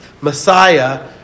Messiah